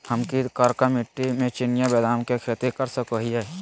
हम की करका मिट्टी में चिनिया बेदाम के खेती कर सको है?